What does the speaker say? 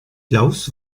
klaus